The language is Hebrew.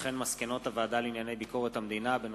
של